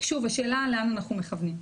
השאלה לאן אנחנו מכוונים.